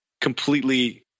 completely